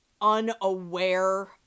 unaware